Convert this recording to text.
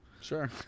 Sure